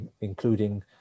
including